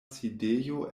sidejo